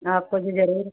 आप को भी जरूर